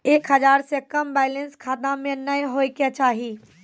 एक हजार से कम बैलेंस खाता मे नैय होय के चाही